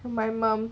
for my mom